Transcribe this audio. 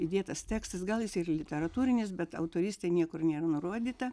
įdėtas tekstas gal jis ir literatūrinis bet autorystė niekur nėra nurodyta